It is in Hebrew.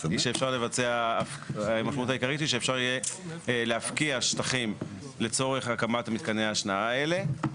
היא שאפשר יהיה להפקיע שטחים לצורך הקמת מתקני ההשנאה האלה.